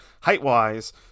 height-wise